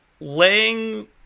Laying